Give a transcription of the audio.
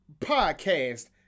podcast